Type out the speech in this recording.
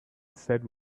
said